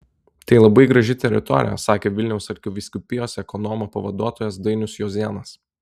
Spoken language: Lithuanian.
tai labai graži teritorija sakė vilniaus arkivyskupijos ekonomo pavaduotojas dainius juozėnas